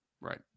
right